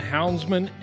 Houndsman